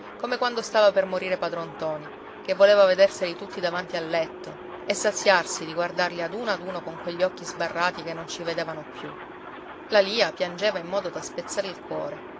come quando stava per morire padron ntoni ché voleva vederseli tutti davanti al letto e saziarsi di guardarli ad uno ad uno con quegli occhi sbarrati che non ci vedevano più la lia piangeva in modo da spezzare il cuore